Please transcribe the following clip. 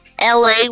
la